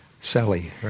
Sally